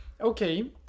Okay